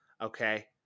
okay